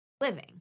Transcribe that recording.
living